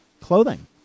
clothing